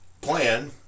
plan